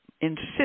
insist